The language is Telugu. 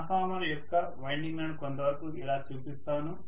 ట్రాన్స్ఫార్మర్ యొక్క వైండింగ్లను కొంతవరకు ఇలా చూపిస్తాను